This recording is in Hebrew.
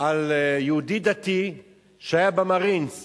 על יהודי דתי שהיה במרינס